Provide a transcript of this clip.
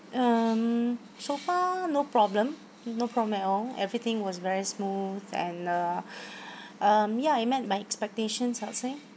um so far no problem no problem at all everything was very smooth and uh um ya it met my expectations I would say